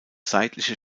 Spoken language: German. seitliche